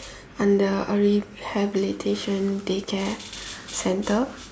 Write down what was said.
under rehabilitation day care centre